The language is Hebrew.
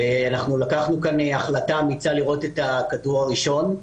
אנחנו לקחנו כאן החלטה אמיצה לירות את הכדור הראשון,